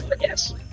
Yes